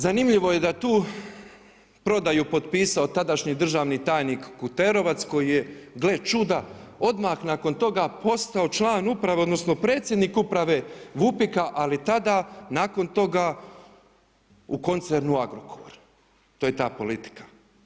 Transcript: Zanimljivo je da je tu prodaju potpisao tadašnji državni tajnik Kuterovac koji je gle čuda, odmah nakon toga postao član uprave odnosno predsjednik uprave VUPIK-a ali tada nakon toga u koncernu Agrokor, to je ta politika.